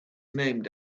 named